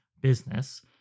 business